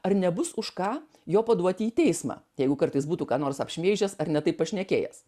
ar nebus už ką jo paduoti į teismą jeigu kartais būtų ką nors apšmeižęs ar ne taip pašnekėjęs